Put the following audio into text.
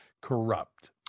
corrupt